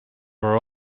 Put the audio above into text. were